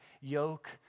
yoke